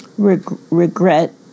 Regret